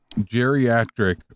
geriatric